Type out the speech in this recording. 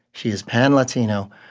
she is pan-latino.